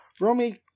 Romy